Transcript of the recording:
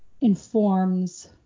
informs